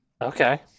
Okay